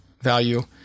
value